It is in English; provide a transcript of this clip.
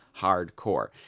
hardcore